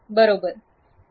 बरोबर